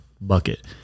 bucket